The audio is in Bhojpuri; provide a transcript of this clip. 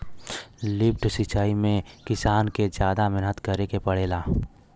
लिफ्ट सिचाई में किसान के जादा मेहनत करे के पड़ेला